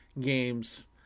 games